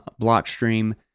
Blockstream